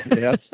yes